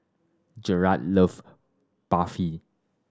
Garett love Barfi